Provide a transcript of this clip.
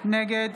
נגד